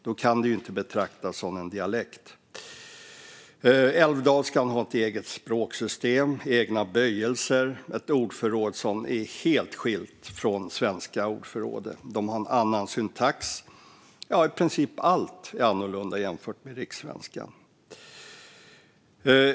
Då kan den inte betraktas som en dialekt. Älvdalskan har ett eget språksystem, egna böjningar, ett ordförråd som skiljer sig helt från det svenska ordförrådet och en annan syntax - ja, i princip allt är annorlunda än rikssvenskan.